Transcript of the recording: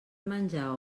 menjar